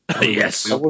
Yes